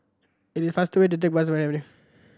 it is faster to take bus to Avenue